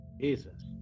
Jesus